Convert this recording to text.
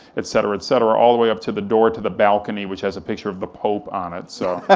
et cetera et cetera, all the way up to the door to the balcony, which has a picture of the pope on it, so.